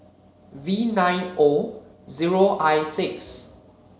V nine O zero I six